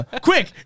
Quick